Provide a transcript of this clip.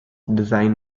design